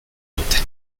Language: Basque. dute